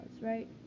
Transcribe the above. right